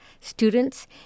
Students